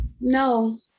No